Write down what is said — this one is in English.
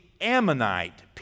Ammonite